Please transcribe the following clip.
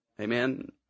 Amen